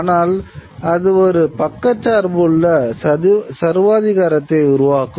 ஆனால் அது ஒரு பக்கசார்புள்ள சர்வாதிகாரத்தை உருவாக்கும்